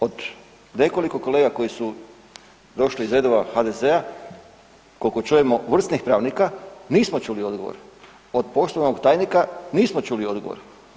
Od nekoliko kolega koji su došli iz redova HDZ-a kolko čujemo vrsnih pravnika nismo čuli odgovor, od poštovanog tajnika nismo čuli odgovor.